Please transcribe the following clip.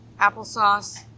applesauce